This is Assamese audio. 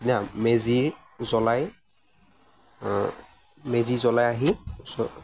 দিনা মেজি জ্বলাই মেজি জ্বলাই আহি